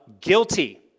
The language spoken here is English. guilty